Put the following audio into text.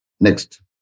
Next